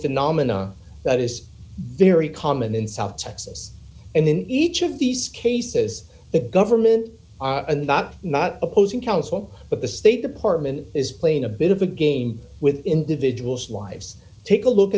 phenomena that is very common in south texas and in each of these cases the government are not not opposing counsel but the state department is playing a bit of a game with individuals lives take a look